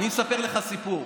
אני אספר לך סיפור.